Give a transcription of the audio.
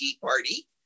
Party